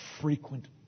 frequent